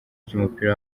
ry’umupira